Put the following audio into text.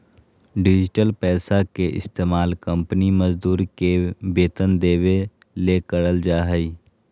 digital पैसा के इस्तमाल कंपनी मजदूर के वेतन देबे ले करल जा हइ